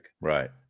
Right